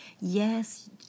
Yes